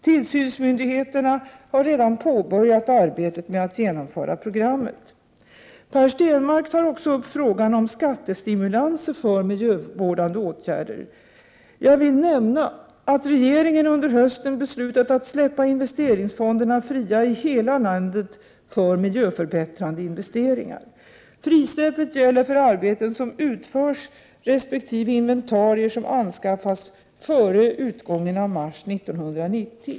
Tillsynsmyndigheterna har redan påbörjat arbetet med att genomföra programmet. Per Stenmarck tar också upp frågan om skattestimulanser för miljövårdande åtgärder. Jag vill nämna att regeringen under hösten har beslutat att släppa investeringsfonderna fria i hela landet för miljöförbättrande investeringar. Frisläppandet gäller för arbeten som utförs resp. inventarier som anskaffas före utgången av mars 1990.